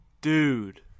dude